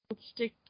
stick